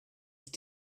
sich